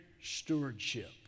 stewardship